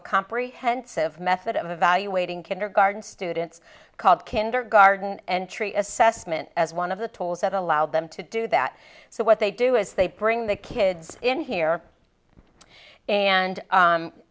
a comprehensive method of evaluating kindergarten students called kindergarten and tree assessment as one of the tools that allow them to do that so what they do is they bring the kids in here and